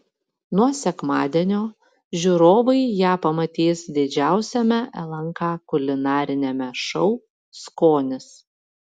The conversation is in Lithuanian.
nuo sekmadienio žiūrovai ją pamatys didžiausiame lnk kulinariniame šou skonis